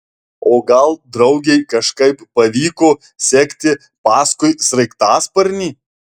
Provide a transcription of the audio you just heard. o gal draugei kažkaip pavyko sekti paskui sraigtasparnį